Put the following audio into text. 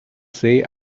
say